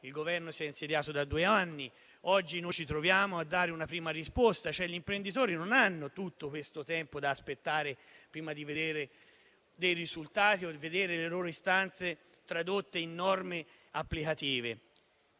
Il Governo si è insediato da due anni e oggi noi ci troviamo a dare una prima risposta, ma gli imprenditori non hanno tutto questo tempo a disposizione prima di vedere risultati o le loro istanze tradotte in norme applicative.